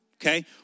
Okay